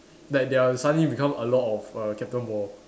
like there are suddenly become a lot of err captain ball